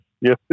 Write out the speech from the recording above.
yes